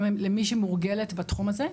גם למי שמורגלת בתחום הזה.